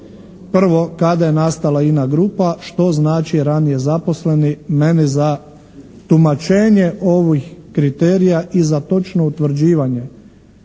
Prvo, kada je nastala INA grupa što znači ranije zaposleni, meni za tumačenje ovih kriterija i za točno utvrđivanje